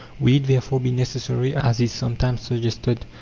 will it therefore be necessary, as is sometimes suggested,